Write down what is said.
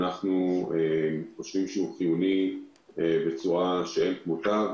ואנחנו חושבים שהוא חיוני בצורה שאין כמותה,